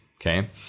Okay